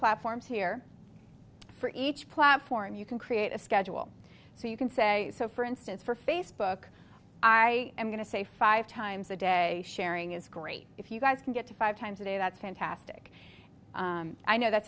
platforms here for each platform you can create a schedule so you can say so for instance for facebook i am going to say five times a day sharing is great if you guys can get to five times a day that's fantastic i know that